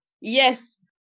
Yes